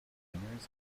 and